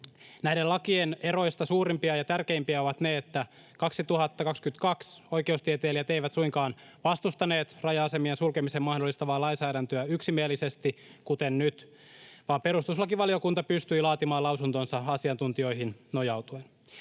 Näiden lakien suurimpia ja tärkeimpiä eroja on se, että 2022 oikeustieteilijät eivät suinkaan vastustaneet raja-asemien sulkemisen mahdollistavaa lainsäädäntöä yksimielisesti, kuten nyt, vaan perustuslakivaliokunta pystyi laatimaan lausuntonsa asiantuntijoihin nojautuen.